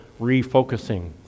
refocusing